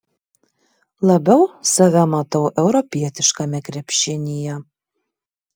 labiau save matau europietiškame krepšinyje